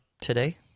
today